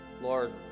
Lord